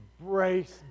embrace